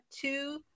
two